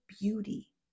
beauty